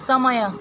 समय